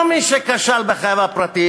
לא מי שכשל בחייו הפרטיים,